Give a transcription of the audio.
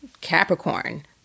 Capricorn